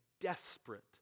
desperate